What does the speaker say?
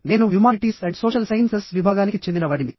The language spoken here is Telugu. నేను హ్యుమానిటీస్ అండ్ సోషల్ సైన్సెస్ విభాగానికి చెందినవాడిని